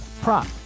prop